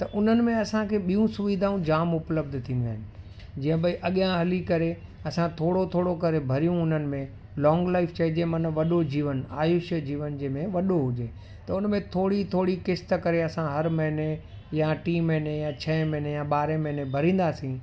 त उन्हनि में असांखे ॿियूं सुविधाऊं जाम उपलब्ध थींदियूं आहिनि जीअं भई अॻियां हली करे असां थोरो थोरो करे भरियूं उन्हनि में लॉन्ग लाइफ़ चइजे मन वॾो जीवन आयुष्य जीवन जंहिं में वॾो हुजे त उन में थोरी थोरी क़िस्त करे असां हर महिने या टी महिने या छहे महिने या ॿारहें महिने भरींदासीं